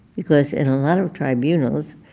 because in a lot of tribunals,